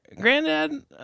granddad